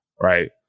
right